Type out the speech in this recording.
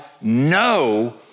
no